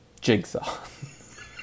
jigsaw